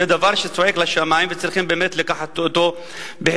זה דבר שזועק לשמים וצריך באמת להביא אותו בחשבון.